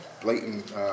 blatant